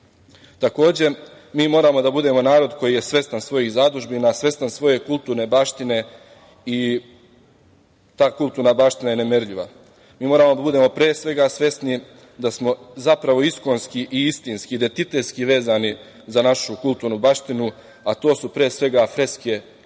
Kosovu. Takođe, mi moramo da budemo narod koji je svestan svojih zadužbina, svestan svoje kulturne baštine. Ta kulturna baština je nemerljiva. Mi moramo da budemo, pre svega, svesni da smo zapravo iskonski i istinski, identitetski vezani za našu kulturnu baštinu, a to su pre svega freske i